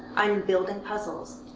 i'm building puzzles.